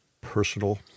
personal